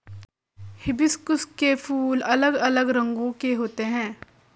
hibiscus के फूल अलग अलग रंगो के होते है